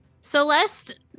Celeste